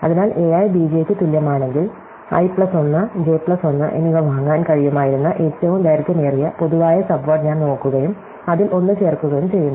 അതിനാൽ a i b j യ്ക്ക് തുല്യമാണെങ്കിൽ i പ്ലസ് 1 ജെ പ്ലസ് 1 എന്നിവ വാങ്ങാൻ കഴിയുമായിരുന്ന ഏറ്റവും ദൈർഘ്യമേറിയ പൊതുവായ സബ് വേർഡ് ഞാൻ നോക്കുകയും അതിൽ 1 ചേർക്കുകയും ചെയ്യുന്നു